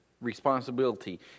responsibility